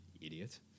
idiot